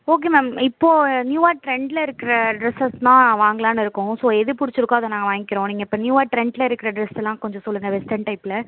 okay ma'am இப்போது நியூவாக ட்ரெண்டில் இருக்கிற ட்ரெஸஸ்லாம் வாங்கலாம்னு இருக்கோம் ஸோ எது பிடிச்சிருக்கோ அதை நாங்கள் வாங்கிக்கிறோம் நீங்கள் இப்போ நியூவாக ட்ரெண்டில் இருக்கிற டிரெஸெல்லாம் கொஞ்சம் சொல்லுங்க வெஸ்டன் டைப்பில்